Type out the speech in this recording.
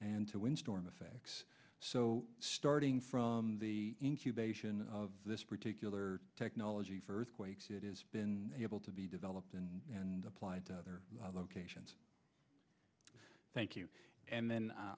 and to wind storm effects so starting from the incubation of this particular technology furth quakes it is been able to be developed and applied to other locations thank you and then